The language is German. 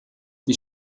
die